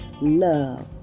love